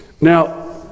Now